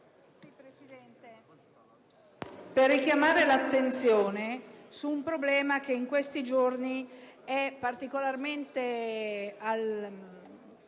Presidente, vorrei richiamare l'attenzione su un problema che in questi giorni è particolarmente